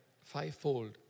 Fivefold